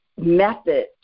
method